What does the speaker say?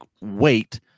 wait